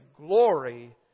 glory